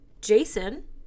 Jason